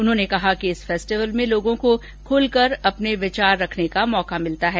उन्होंने कहा कि इस फेस्टिवल में लोगों को खुलकर अपने विचार रखने का मौका मिलता है